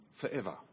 forever